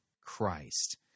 Christ